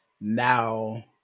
now